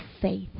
faith